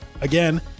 Again